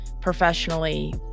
professionally